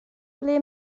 ble